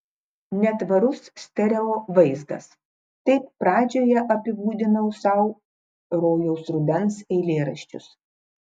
netvarus stereo vaizdas taip pradžioje apibūdinau sau rojaus rudens eilėraščius